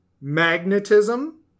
magnetism